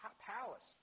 palace